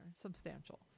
Substantial